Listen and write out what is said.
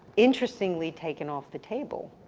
interestingly taken off the table.